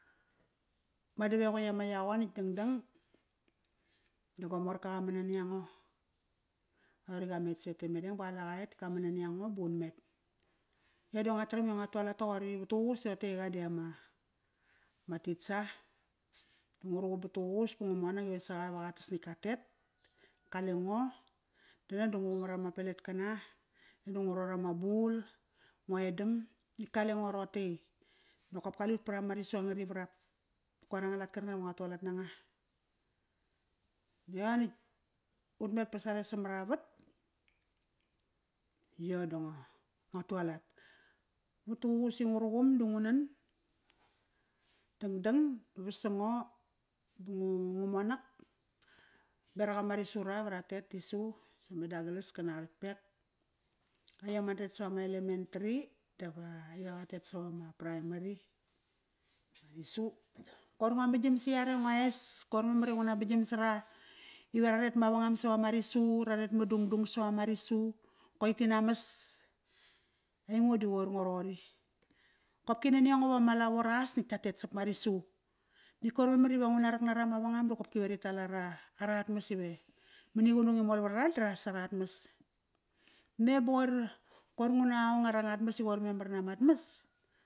ma davequtk ama yaqon natk dangdang da go morka qaman nani ango. Qri qamet set e Madang ba qaleqa et ka man naniango ba unmet. E da ngua taram i ngua tualat toqori vatuququs i roqote i qa di ama ma teacher. Ngu ruqum vattuququs ba ngu monak ive saqa iva qatas nitk katet. Qalengo, dangdang da ngu qumar ama peletkana, da ngu ror ama bul, ngoedam natk kalengo roqote i nokop kalut parama risu angarivarap. Koir anga lat karkanga iva ngua tualat nanga. Yo nitk ut met ba sare samat avat, io da ngo tualat. Vatuququs i ngu ruqum da ngu nan. Dangdang da vasango ba ngu, ngu monak berak ama risura ve ratet tisu, e Douglas kana ratkpek. Aiom andret savama elementary dap aiqa qa tet savama primary bani su. Qoir ngua magam sa iare ngua es, koir memar iva nguna magam sara ive ra ret mavangam savama risu, ra ret ma dungdung sava ma risu, koitina mas. Aingo di qoir ngo roqori. Kopki naniango vama lavo ras nitk tatet sapma risu. Natk koir memar iva nguna rak nara mavangam dakopkive ri tal ara aratmas ive mani qunung i mol varara da ras arat mas. Me ba qoir, qoir ngu na ong arangat mas i qoir memar namat mas